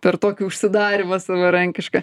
per tokį užsidarymą savarankišką